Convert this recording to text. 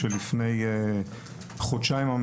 שלפני חודשיים,